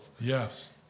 Yes